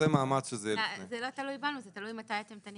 זה לא תלוי בנו, זה תלוי מתי אתם תניחו את זה.